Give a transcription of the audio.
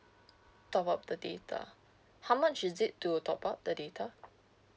top up the data how much is it to top up the data